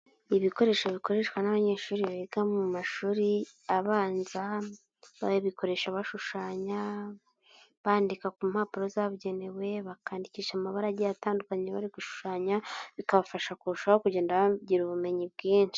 Ibikoresho bikoreshwa n'abanyeshuri biga mu mashuri abanza, babikoresha bashushanya bandika ku mpapuro zabugenewe, bakandikisha amabara atandukanye, bari gushushanya bikabafasha kurushaho kugenda bagira ubumenyi bwinshi.